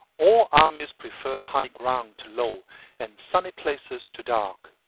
all armies prefer high ground to low and sunny places to dark.